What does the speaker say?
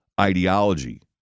ideology